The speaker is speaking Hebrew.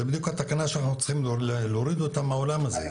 זו בדיוק התקנה שאנחנו צריכים להוריד מהעולם הזה.